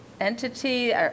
entity